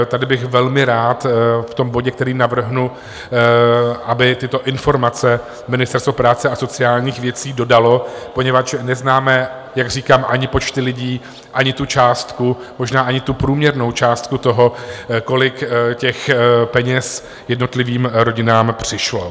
Tady bych velmi rád v tom bodě, který navrhnu, aby tyto informace Ministerstvo práce a sociálních věcí dodalo, poněvadž neznáme, jak říkám, ani počty lidí, ani částku, možná ani průměrnou částku toho, kolik peněz jednotlivým rodinám přišlo.